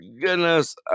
goodness